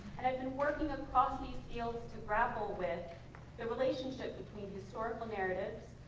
and i've been working across these fields to grapple with the relationship between historical narratives,